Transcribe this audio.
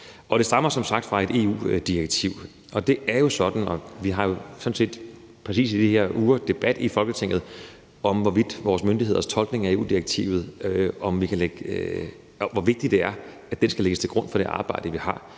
Det stammer som sagt fra et EU-direktiv. Vi har sådan set i præcis de her uger debat i Folketinget om vores myndigheders tolkning af EU-direktivet, og hvor vigtigt det er, at den skal lægges til grund for det arbejde, vi har.